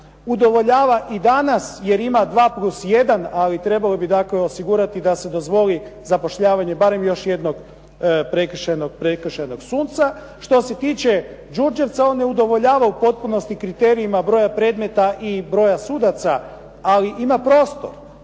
udovoljava i danas jer ima 2+1, ali trebalo bi dakle osigurati da se dozvoli zapošljavanje barem još jednog prekršajnog suca. Što se tiče Đurđevca on je udovoljavao u potpunosti predmeta i broja sudaca, ali ima prostor.